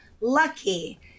lucky